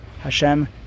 Hashem